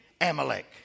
Amalek